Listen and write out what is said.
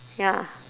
ya